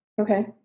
Okay